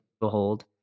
behold